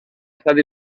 estat